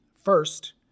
First